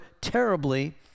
terribly